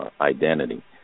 identity